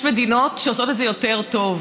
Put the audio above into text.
יש מדינות שעושות את זה יותר טוב,